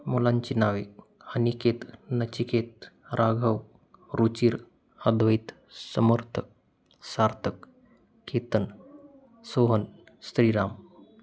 मुलांची नावे अनिकेत नचिकेत राघव रुचिर अद्वैत समर्थ सार्थक केतन सोहन श्रीराम